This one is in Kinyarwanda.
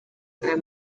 aya